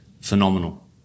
phenomenal